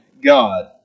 God